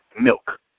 milk